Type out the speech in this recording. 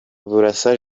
burasa